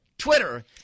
Twitter